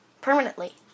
permanently